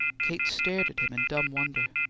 kate stared at him in dumb wonder.